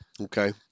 Okay